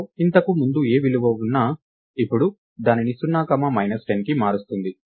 ఇంటిలో ఇంతకు ముందు ఏ విలువ ఉన్నా ఇప్పుడు దానిని 0 10 కి మారుస్తుంది